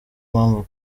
mpamvu